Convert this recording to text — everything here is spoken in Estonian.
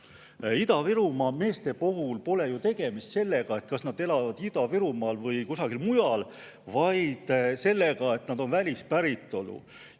Ida-Virumaa meeste puhul pole ju tegemist sellega, kas nad elavad Ida-Virumaal või kusagil mujal, vaid sellega, et nad on välispäritolu.